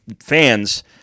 fans